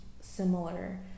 similar